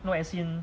no as in